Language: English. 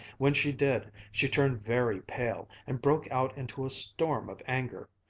when she did, she turned very pale, and broke out into a storm of anger.